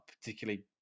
particularly